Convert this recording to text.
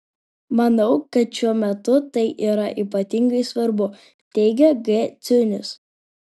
manau kad šiuo metu tai yra ypatingai svarbu teigia g ciunis